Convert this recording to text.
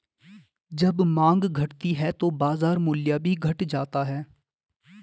जब माँग घटती है तो बाजार मूल्य भी घट जाता है